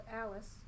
ALICE